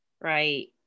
right